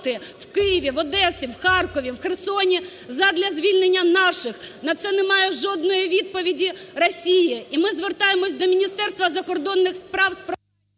в Києві, в Одесі, в Харкові, в Херсоні задля звільнення наших, на це немає жодної відповіді Росії. І ми звертаємося до Міністерства закордонних справ з